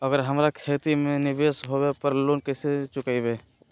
अगर हमरा खेती में निवेस होवे पर लोन कैसे चुकाइबे?